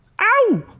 Ow